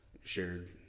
shared